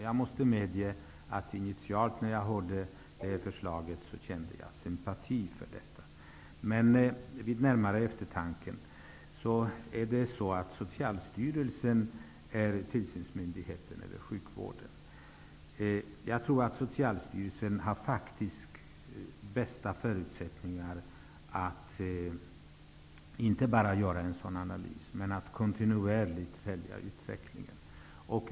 Jag måste medge att jag initialt kände sympati för förslaget, men vid närmare eftertanke fann jag att det är Socialstyrelsen som är tillsynsmyndigheten över sjukvården. Jag tror att Socialstyrelsen har de bästa förutsättningarna att inte bara göra en sådan analys men att kontinuerligt följa utvecklingen.